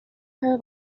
her